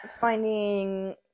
Finding